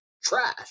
trash